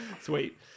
Sweet